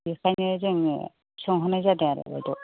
बेनिखायनो जोङो सोंहरनाय जादों आरो बायद'